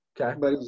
Okay